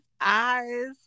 eyes